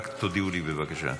רק תודיעו לי, בבקשה.